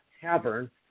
Tavern